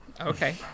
okay